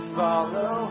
follow